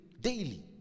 daily